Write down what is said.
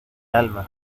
alma